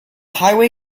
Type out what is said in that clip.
highway